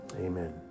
Amen